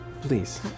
Please